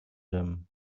them